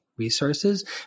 resources